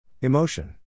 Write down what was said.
Emotion